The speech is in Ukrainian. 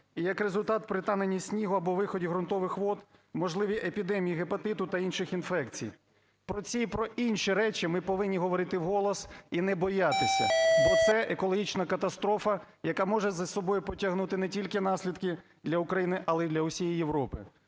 і, як результат, при таненні снігу або виході ґрунтових вод можливі епідемії гепатиту та інших інфекцій. Про ці і про інші речі ми повинні говорити вголос і не боятися, бо оце екологічна катастрофа, яка може за собою потягнути не тільки наслідки для України, але й для усієї Європи.